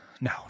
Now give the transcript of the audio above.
No